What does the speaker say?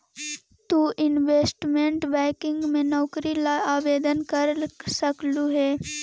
तु investment banking में नौकरी ला आवेदन कर सकलू हे